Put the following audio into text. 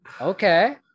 Okay